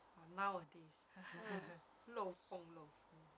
nowadays 漏风漏风